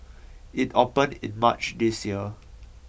it opened in March this year